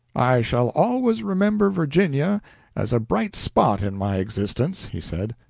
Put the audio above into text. i shall always remember virginia as a bright spot in my existence, he said,